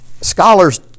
scholars